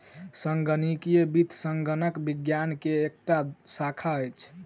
संगणकीय वित्त संगणक विज्ञान के एकटा शाखा अछि